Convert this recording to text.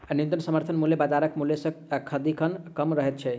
न्यूनतम समर्थन मूल्य बाजारक मूल्य सॅ सदिखन कम रहैत छै